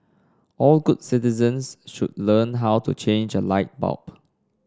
all good citizens should learn how to change a light bulb